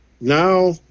now